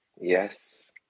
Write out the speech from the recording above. Yes